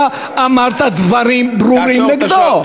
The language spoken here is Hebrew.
אתה אמרת דברים ברורים נגדו.